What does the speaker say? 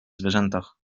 zwierzętach